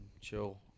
chill